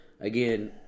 again